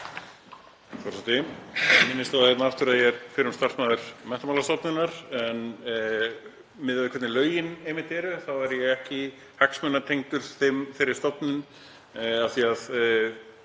Forseti. Ég minnist á það aftur að ég er fyrrum starfsmaður Menntamálastofnunar en miðað við hvernig lögin eru þá er ég ekki hagsmunatengdur þeirri stofnun af því að